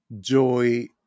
joy